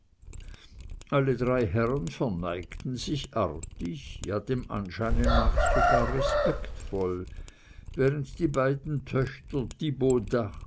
alle drei herren verneigten sich artig ja dem anscheine nach sogar respektvoll während die beiden töchter